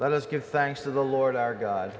let us give thanks to the lord our god